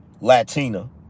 Latina